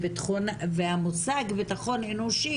המושג ביטחון אנושי,